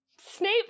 Snape